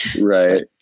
Right